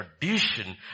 tradition